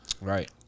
Right